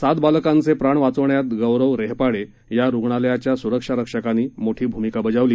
सात बालकांचे प्राण वाचवण्यात गौरव रेहपाडे या रुग्णालयाच्या सुरक्षारक्षकानी मोठी भूमिका बजावली